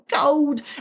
gold